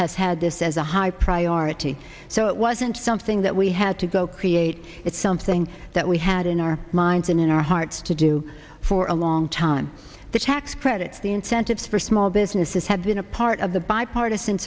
has had this as a high priority so it wasn't something that we had to go create it's something that we had in our minds and in our hearts to do for a long time the tax credits the incentives for small businesses have been a part of the bipartisan